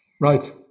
Right